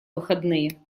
выходные